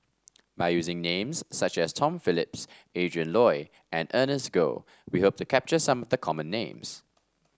by using names such as Tom Phillips Adrin Loi and Ernest Goh we hope to capture some the common names